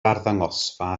arddangosfa